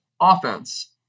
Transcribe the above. offense